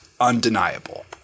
undeniable